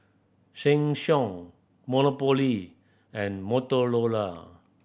Sheng Siong Monopoly and Motorola